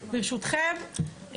ברשותכם,